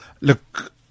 look